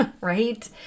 right